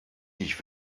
ich